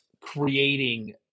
creating